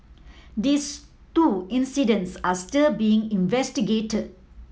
these two incidents are still being investigated